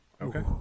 Okay